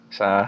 sa